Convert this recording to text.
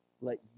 Let